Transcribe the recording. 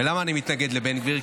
ולמה אני מתנגד לבן גביר?